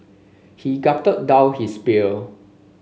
he gulped down his beer